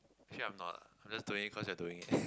actually I am not ah I'm just doing cause you're doing it